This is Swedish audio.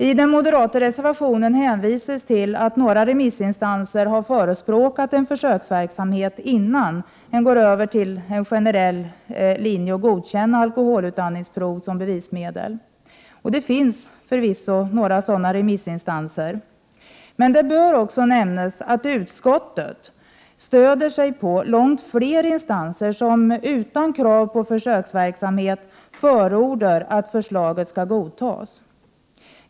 I den moderata reservationen hänvisas till att några remissinstanser har förespråkat en försöksverksamhet innan man går över till att generellt godkänna alkoholutandningsprov som bevismedel. Det finns förvisso några sådana remissinstanser. Men det bör också nämnas att utskottet stöder sig på långt fler instanser, som utan krav på försöksverksamhet förordar att förslaget godtas.